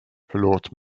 förlåt